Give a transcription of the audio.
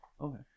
Okay